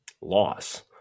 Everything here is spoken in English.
Loss